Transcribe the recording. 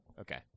Okay